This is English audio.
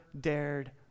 dared